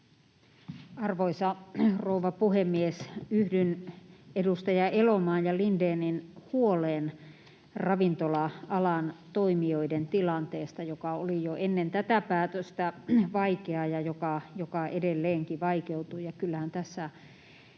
Arvoisa rouva puhemies! Yhdyn edustaja Elomaan ja Lindénin huoleen ravintola-alan toimijoiden tilanteesta, joka oli jo ennen tätä päätöstä vaikea ja joka edelleenkin vaikeutuu.